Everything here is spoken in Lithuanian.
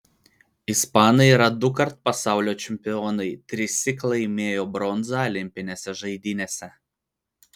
ispanai yra dukart pasaulio čempionai trissyk laimėjo bronzą olimpinėse žaidynėse